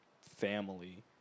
family